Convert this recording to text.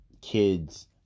kids